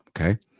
Okay